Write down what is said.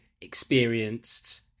experienced